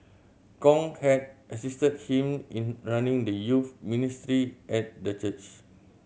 Kong had assisted him in running the youth ministry at the church